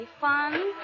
fun